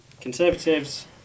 Conservatives